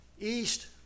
east